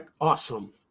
awesome